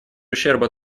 ущерба